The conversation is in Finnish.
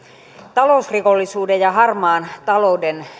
talousrikollisuuden ja harmaan talouden